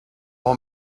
all